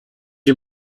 you